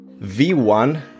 V1